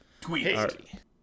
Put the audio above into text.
Tweet